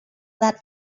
that